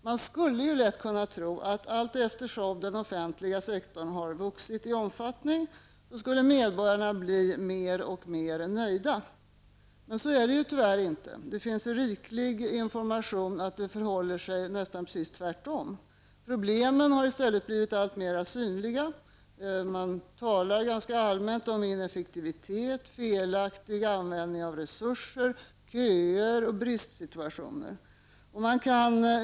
Man skulle lätt kunna tro att allteftersom den offentliga sektorn har vuxit i omfattning skulle medborgarna bli mer och mer nöjda. Men så är det tyvärr inte. Det finns riklig information om att det förhåller sig nästan precis tvärtom. Problemen har i stället blivit alltmer synliga. Man talar ganska allmänt om ineffektivitet, felaktig användning av resurser samt om köer och bristsituationer.